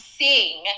sing